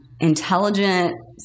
intelligent